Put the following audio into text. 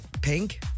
Pink